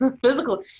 physical